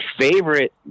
favorite